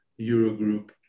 Eurogroup